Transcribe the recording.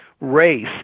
race